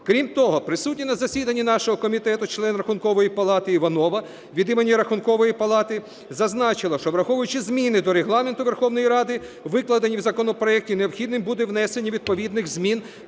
Крім того, присутній на засіданні нашого комітету член Рахункової палати Іванова від імені Рахункової палати зазначила, що враховуючи зміни до Регламенту Верховної Ради, викладені в законопроекті, необхідним буде внесення відповідних змін